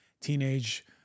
teenage